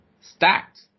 Stacked